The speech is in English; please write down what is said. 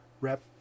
rep